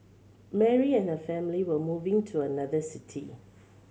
Mary and her family were moving to another city